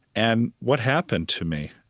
and what happened to me?